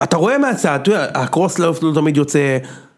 אתה רואה מה זה עשה? הקרוס לא תמיד יוצא.